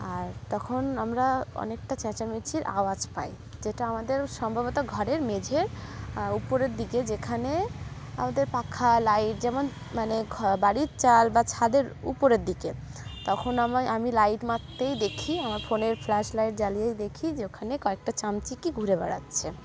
আর তখন আমরা অনেকটা চেঁচামেচির আওয়াজ পাই যেটা আমাদের সম্ভবত ঘরের মেঝের উপরের দিকে যেখানে আমাদের পাখা লাইট যেমন মানে বাড়ির চাল বা ছাদের উপরের দিকে তখন আম আমি লাইট মারতেই দেখি আমার ফোনের ফ্ল্যাশ লাইট জ্বালিয়েই দেখি যে ওখানে কয়েকটা চামচিকি ঘুরে বেড়াচ্ছে